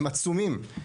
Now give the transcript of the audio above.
הם עצומים.